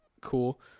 Cool